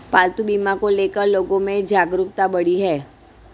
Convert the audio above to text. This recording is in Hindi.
पालतू बीमा को ले कर लोगो में जागरूकता बढ़ी है